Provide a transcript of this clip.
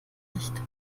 nicht